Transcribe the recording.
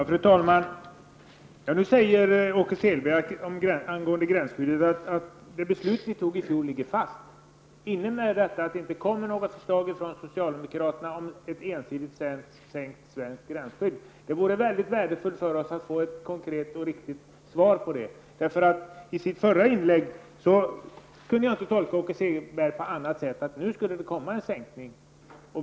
Fru talman! Nu säger Åke Selberg att beslutet från i fjol om gränsskyddet ligger fast. Innebär detta att det inte skall komma något förslag från socialdemokraterna om ett ensidigt sänkt svenskt gränsskydd? Det vore värdefullt för oss att få ett konkret och riktigt svar på frågan. I Åke Selbergs tidigare inlägg kan jag inte tolka honom på annat sätt än att nu skall det komma en sänkning.